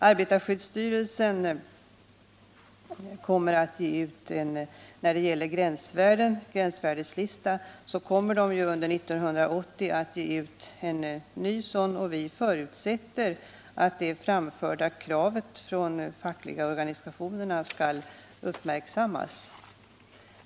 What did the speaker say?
Arbetarskyddsstyrelsen kommer under 1980 att ge ut en ny lista när det gäller gränsvärden, och vi förutsätter att det från de fackliga organisationerna framförda kravet skall uppmärksammas.